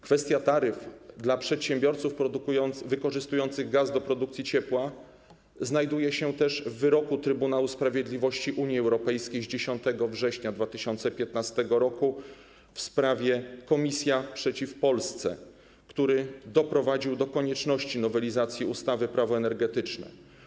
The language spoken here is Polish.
Kwestia taryf dla przedsiębiorców wykorzystujących gaz do produkcji ciepła została poruszona też w wyroku Trybunału Sprawiedliwości Unii Europejskiej z 10 września 2015 r. w sprawie Komisja przeciw Polsce, który doprowadził do konieczności przyjęcia nowelizacji ustawy - Prawo energetyczne.